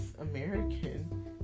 American